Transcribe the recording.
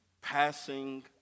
passing